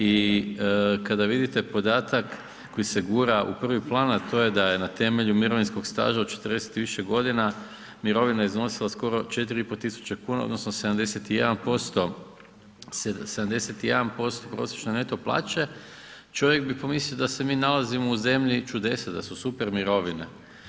I kada vidite podatak koji se gura u prvi plan a to je da je na temelju mirovinskog staža od 40 i više godina mirovina iznosila skoro 4,5 tisuće kuna odnosno 71% prosječne neto plaće, čovjek bi pomislio da se mi nalazimo u zemlji čudesa, da su super mirovine.